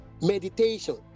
Meditation